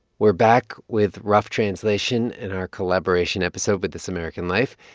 we're back with rough translation in our collaboration episode with this american life.